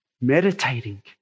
meditating